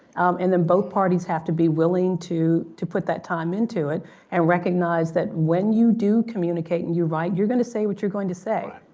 and then both parties have to be willing to to put that time into it and recognize that when you do communicate in your right, you're going to say what you're going to say.